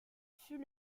fut